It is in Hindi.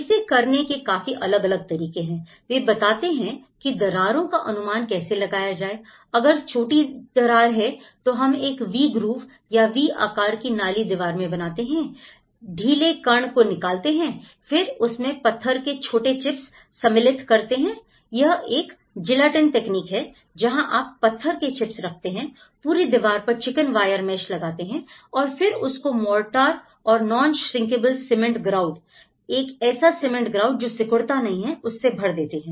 इसे करने के काफी अलग अलग तरीके हैं वह बताते हैं कि दरारों का अनुमान कैसे लगाया जाए अगर छोटी दरार है तो हम एक V groove या वी आकार की नाली दीवार में बनाते हैं ढीले कण को निकालते हैं फिर उसमें पत्थर के छोटे चिप्स सम्मिलित करते हैं यह एक जिलेटिन तकनीक है जहां आप पत्थर के चिप्स रखते हैं पूरी दीवार पर चिकन वायर मेश लगाते हैं और फिर उसको मोर्टार और नॉन श्रिंकेबल सीमेंट ग्राउट एक ऐसा सीमेंट ग्राउट जो सिकुड़ता नहीं है उससे भर देते हैं